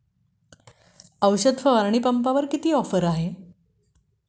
औषध फवारणी पंपावर किती ऑफर आहे?